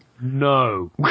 no